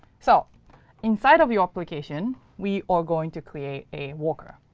so inside of your application, we are going to create a worker,